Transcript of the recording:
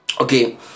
Okay